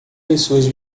pessoas